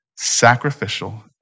sacrificial